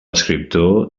escriptor